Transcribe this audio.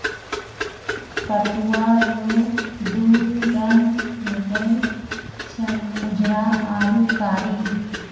पटुआ रो दू रंग हुवे छै उजरा आरू कारी